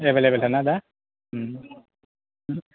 available खाना दा